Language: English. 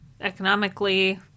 economically